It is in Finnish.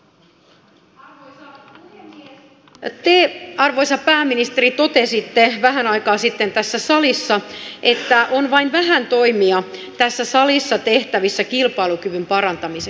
te arvoisa pääministeri totesitte vähän aikaa sitten tässä salissa että on vain vähän toimia tässä salissa tehtävissä kilpailukyvyn parantamiseksi